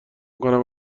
کنم